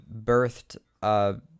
birthed